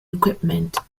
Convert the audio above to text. equipment